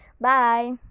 Bye